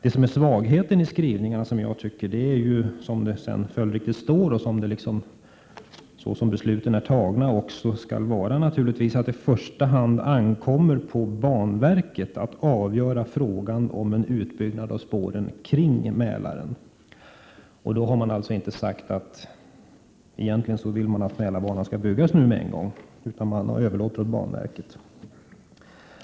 En svaghet i utskottets skrivning är att det sägs att det i första hand ankommer på banverket att avgöra frågan om en utbyggnad av spåren runt Mälaren. Så kommer det också att bli enligt det beslut som skall fattas. Man har alltså inte sagt att man vill att Mälarbanan skall byggas med en gång, utan man har överlåtit det åt banverket.